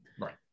Right